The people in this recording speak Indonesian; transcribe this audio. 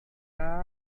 dekat